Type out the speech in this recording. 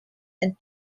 and